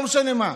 לא משנה מה,